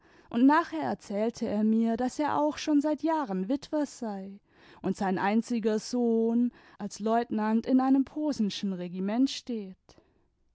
und nachher erzählte er mir daß er auch schon seit jahren witwer sei und sein einziger sohn als leutnant in einem posenschen regiment steht